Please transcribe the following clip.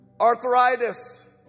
arthritis